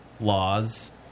laws